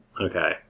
Okay